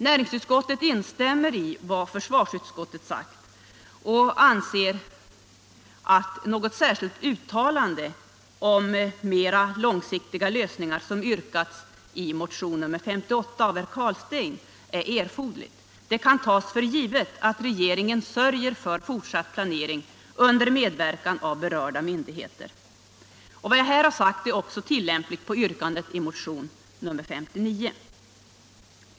Näringsutskottet instämmer i vad försvarsutskottet sagt och anser inte att något särskilt uttalande om mera långsiktiga lösningar, som yrkas i motionen 58 av herr Carlstein, är erforderligt. Det kan tas för givet att regeringen sörjer för fortsatt planering under medverkan av berörda myndigheter. Vad jag här har sagt är också tillämpligt på yrkandet i motionen 59.